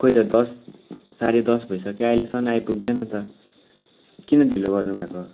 खोइ त दस साढे दस भइसक्यो अहिलेसम्म आइपुग्दैन त किन ढिलो गर्नु भएको